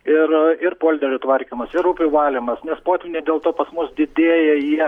ir ir polderių tvarkymas ir upių valymas nes potvyniai dėl to pas mus didėja jie